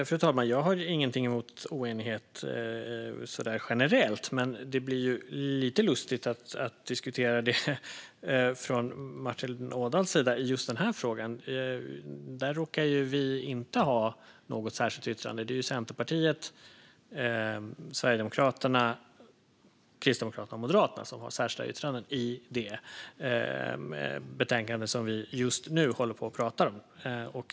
Fru talman! Jag har generellt inget emot oenighet, men det är lite lustigt att diskutera det med Martin Ådahl i just denna fråga. Här råkar vi inte ha ett särskilt yttrande, utan det är Centerpartiet, Sverigedemokraterna, Kristdemokraterna och Moderaterna som har särskilda yttranden i det betänkande vi nu debatterar.